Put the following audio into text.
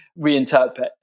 reinterpret